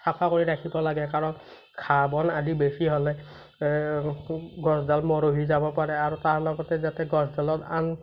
চাফা কৰি ৰাখিব লাগে কাৰণ ঘাঁহ বন আদি বেছি হ'লে গছডাল মৰহি যাব পাৰে আৰু তাৰ লগতে যাতে গছডালত আন